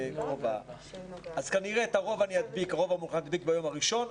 כנראה שאדביק את הרוב ביום הראשון,